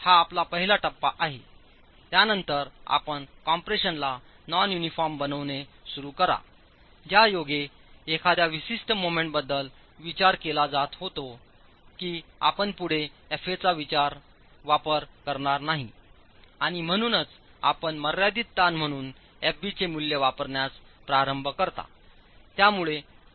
तर हा आपला पहिला टप्पा आहेत्यानंतरआपण कॉम्प्रेशनला नॉन युनिफॉर्म बनविणे सुरू करा ज्यायोगे एखाद्या विशिष्ट मोमेंट बद्दल विचार केला जात होता की आपणयापुढे fa चावापर करू शकत नाही आणि म्हणूनच आपणमर्यादित ताण म्हणून एफबी चे मूल्य वापरण्यास प्रारंभ करता